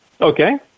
Okay